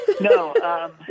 No